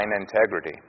integrity